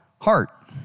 heart